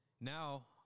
Now